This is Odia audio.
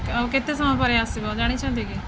ଆଉ କେତେ ସମୟ ପରେ ଆସିବ ଜାଣିଛନ୍ତି କି